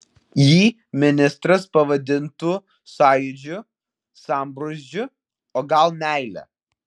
jį ministras pavadintų sąjūdžiu sambrūzdžiu o gal meile